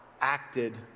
acted